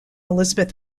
elisabeth